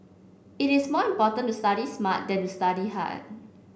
it is more important to study smart than to study hard